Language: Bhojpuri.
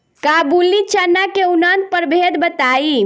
काबुली चना के उन्नत प्रभेद बताई?